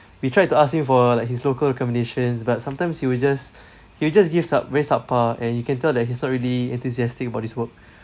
we tried to ask him for like his local accommodations but sometimes he was just he will just give sub~ very subpar and you can tell that he's not really enthusiastic about this work